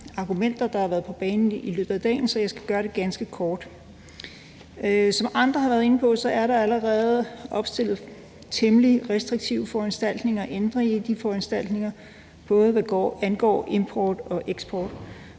argumenter, der har været på banen i løbet af dagen, så jeg skal gøre det ganske kort. Som andre har været inde på, er der allerede opstillet temmelig restriktive foranstaltninger, både hvad angår import og eksport.